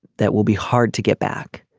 that will be hard to get back